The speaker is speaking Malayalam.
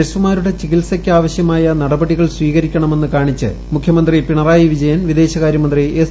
നഴ്സുമാരുടെ ചികിത്സയ്ക്ക് ആവശ്യമായ നടപടികൾ സ്വീകരിക്കണമെന്ന് കാണിച്ച് മുഖ്യമന്ത്രി പിണറായി വിജയൻ വിദേശകാര്യ മന്ത്രി എസ്